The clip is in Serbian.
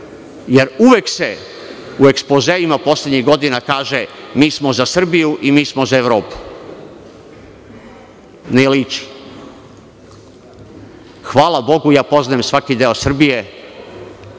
Jer, uvek se u ekspozeima poslednjih godina kaže – mi smo za Srbiju i mi smo za Evropu. Ne liči. Hvala Bogu, ja poznajem svaki deo Srbije.